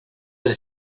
del